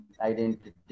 Identity